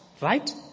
right